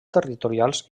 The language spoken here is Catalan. territorials